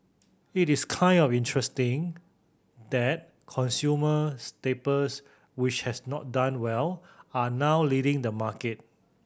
it is kind of interesting that consumer staples which had not done well are now leading the market